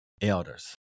Elders